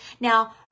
Now